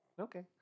Okay